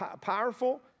powerful